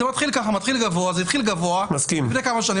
זה התחיל גבוה לפני כמה שנים,